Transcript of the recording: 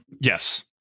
Yes